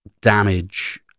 damage